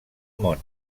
món